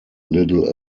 little